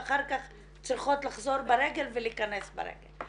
ואחר כך צריכות לחזור ברגל ולהיכנס ברגל.